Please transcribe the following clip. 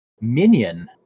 Minion